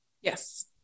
Yes